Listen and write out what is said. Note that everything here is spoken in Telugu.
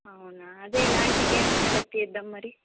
అవునా అదే ఎలాంటి గేమ్స్ కన్డక్ట్ చేద్దాం మరి